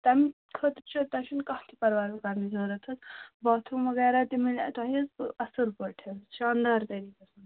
تَمہِ خٲطرٕ چھےٚ تۄہہِ چھُنہٕ کانٛہہ تہِ پرواے کَرنٕچ ضوٚرَتھ حظ باتھ روٗم وغیرہ تہِ میلہِ تۄہہِ حظ اَصٕل پٲٹھ حظ شاندار طریٖقَس منٛز